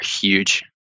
huge